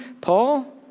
Paul